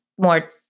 more